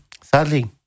sadly